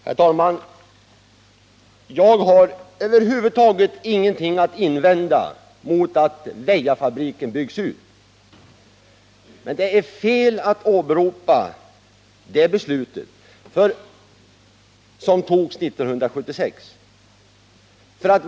Herr talman! Jag har över huvud taget ingenting att invända mot att Väjafabriken byggs ut, men det är fel att åberopa det beslut som fattades 1976.